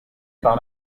par